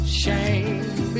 shame